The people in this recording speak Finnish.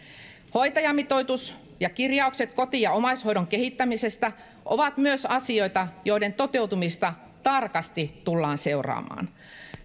hoitajamitoitus ja kirjaukset koti ja omaishoidon kehittämisestä ovat myös asioita joiden toteutumista tarkasti tullaan seuraamaan